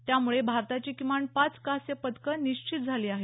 त्यामुळे भारताची किमान पाच कांस्यपदकं निश्चित झाली आहेत